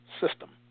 System